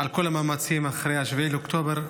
על כל המאמצים אחרי 7 באוקטובר.